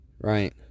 Right